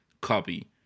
copy